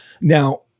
Now